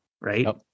right